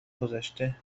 گذشته